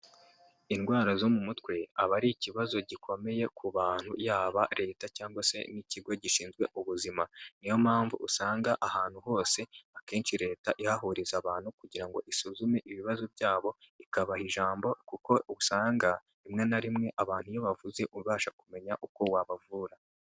Indwara zo mu mutwe aba ari ikibazo gikomeye ku bantu yaba Leta cyangwa se n'ikigo gishinzwe ubuzima, ni yo mpamvu usanga ahantu hose akenshi Leta ihahuriza abantu kugira ngo isuzume ibibazo byabo, ikabaha ijambo kuko usanga rimwe na rimwe abantu iyo bavuze ubasha kumenya uko wabavura.